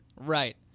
Right